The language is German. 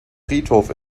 friedhof